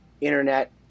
internet